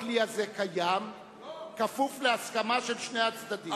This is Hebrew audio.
הכלי הזה קיים כפוף להסכמה של שני הצדדים.